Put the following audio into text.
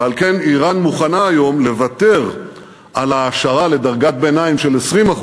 ועל כן איראן מוכנה היום לוותר על ההעשרה לדרגת ביניים של 20%,